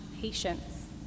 patience